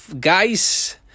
guys